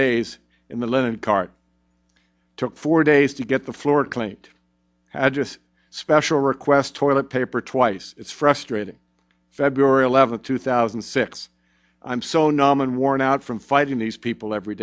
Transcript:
days in the linen cart took four days to get the floor claimed i just special request toilet paper twice it's frustrating february eleventh two thousand and six i'm so naaman worn out from fighting these people every